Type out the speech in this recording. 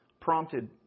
prompted